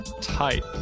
Tight